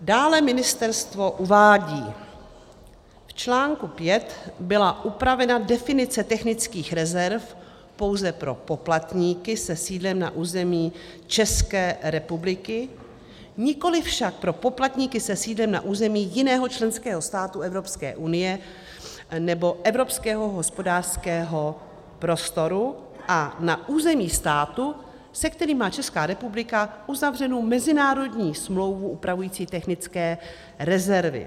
Dále ministerstvo uvádí: V článku 5 byla upravena definice technických rezerv pouze pro poplatníky se sídlem na území České republiky, nikoliv však pro poplatníky se sídlem na území jiného členského státu Evropské unie nebo Evropského hospodářského prostoru a na území státu, se kterým má Česká republika uzavřenou mezinárodní smlouvu upravující technické rezervy.